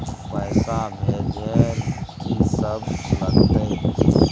पैसा भेजै ल की सब लगतै?